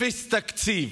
אפס תקציב.